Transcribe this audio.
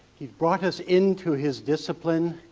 he brought us into his discipline,